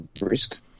risk